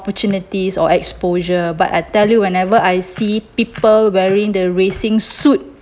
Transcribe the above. opportunities or exposure but I tell you whenever I see people wearing the racing suit